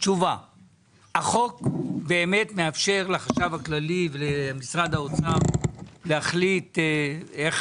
החוק מאפשר לחשב הכללי ולמשרד האוצר להחליט איך